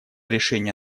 решения